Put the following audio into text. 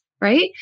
right